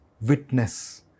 witness